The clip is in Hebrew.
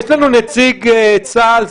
יש לנו נציג צה"ל,